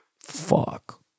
fuck